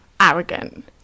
arrogant